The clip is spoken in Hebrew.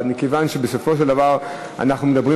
אבל מכיוון שבסופו של דבר אנחנו מדברים